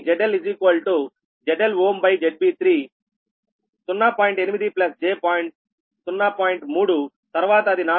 3తర్వాత అది 4